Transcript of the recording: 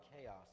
chaos